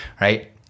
right